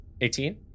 18